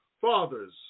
Fathers